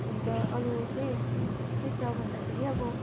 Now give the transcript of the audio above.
अन्त अरू चाहिँ के छ भन्दाखेरि अब